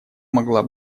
могла